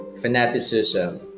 fanaticism